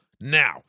Now